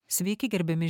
sveiki gerbiami